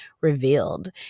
revealed